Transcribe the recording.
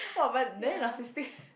!wah! but very narcisstic